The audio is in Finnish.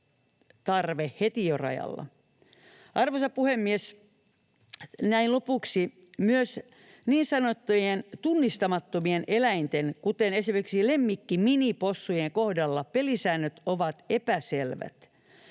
jo heti rajalla. Arvoisa puhemies! Näin lopuksi: Myös niin sanottujen tunnistamattomien eläinten, kuten esimerkiksi lemmikkiminipossujen, kohdalla pelisäännöt ovat epäselvät.